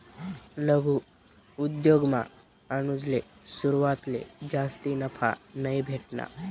लघु उद्योगमा अनुजले सुरवातले जास्ती नफा नयी भेटना